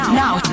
now